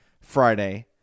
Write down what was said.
Friday